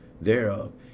thereof